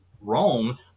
Rome